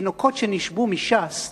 התינוקות שנשבו מש"ס,